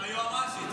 היועמ"שית.